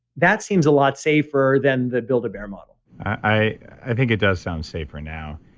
that seems a lot safer than the build a bear model i i think it does sound safer now.